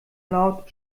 laut